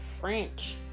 French